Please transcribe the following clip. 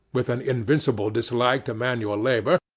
with an invincible dislike to manual labour,